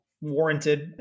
warranted